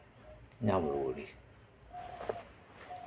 ᱧᱟᱢ ᱨᱩᱣᱟᱹᱲᱮ